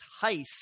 heist